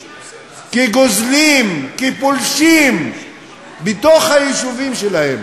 כגוזלים, כפולשים בתוך היישובים שלהם?